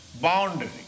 boundary